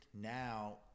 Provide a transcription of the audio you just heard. now